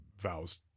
vows